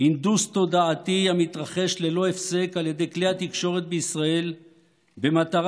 הנדוס תודעתי המתרחש ללא הפסק על ידי כלי התקשורת בישראל במטרה